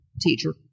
Teacher